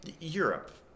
Europe